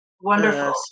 Wonderful